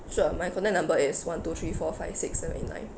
sure my contact number is one two three four five six seven eight nine